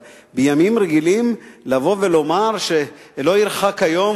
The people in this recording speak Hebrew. אבל בימים רגילים לבוא ולומר שלא ירחק היום,